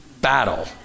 battle